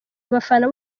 abafana